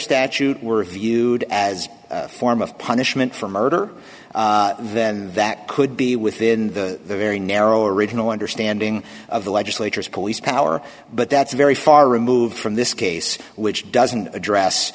statute were viewed as a form of punishment for murder then that could be within the very narrow original understanding of the legislature's police power but that's very far removed from this case which doesn't